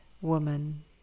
woman